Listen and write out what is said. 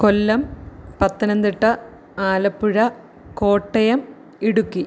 Kollam Pathanamthitta Alappuzha Kottayam Idukki